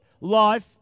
life